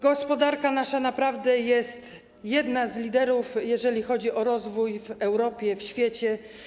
Gospodarka nasza naprawdę jest jednym z liderów, jeżeli chodzi o rozwój, w Europie, w świecie.